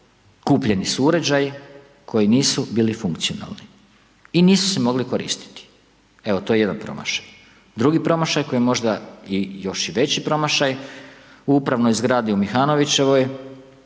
kupljeni su uređaji koji nisu bili funkcionalni i nisu se mogli koristiti. Evo to je jedan promašaj. Drugi promašaj koji možda je još i veći promašaj, u upravnoj zgradi u Mihanovićevoj,